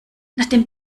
nachdem